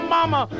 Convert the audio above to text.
Mama